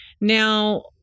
Now